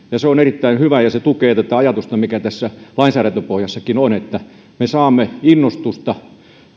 se on erittäin hyvä ja se tukee tätä ajatusta mikä tässä lainsäädäntöpohjassakin on että me saamme innostusta